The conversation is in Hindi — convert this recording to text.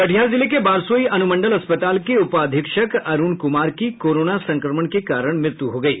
कटिहार जिले के बारसोई अनुमंडल अस्पताल के उपाधीक्षक अरूण कुमार की कोरोना संक्रमण के कारण मृत्यु हो गयी